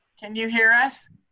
can you hear us?